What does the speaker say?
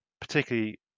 particularly